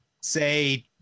say